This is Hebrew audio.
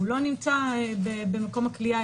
הוא לא במקום הכליאה,